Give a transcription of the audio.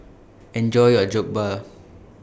Enjoy your Jokbal